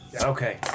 okay